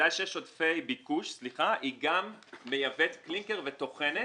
ביקוש היא גם מייבאת קלינקר וטוחנת,